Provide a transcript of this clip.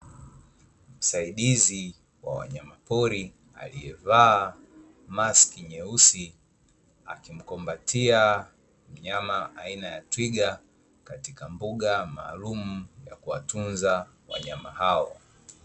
Msaidizi wa wanyamapori aliyevaa maski nyeusi akimkumbatia mnyama aina ya twiga katika mbuga maalumu ya kuwatunza wanyama hao.